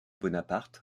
bonaparte